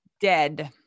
Dead